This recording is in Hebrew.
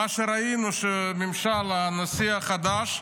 כמו שראינו, ממשל הנשיא החדש,